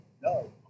no